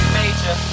major